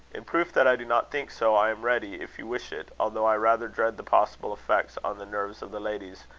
in proof that i do not think so, i am ready, if you wish it although i rather dread the possible effects on the nerves of the ladies,